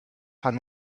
fan